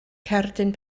cerdyn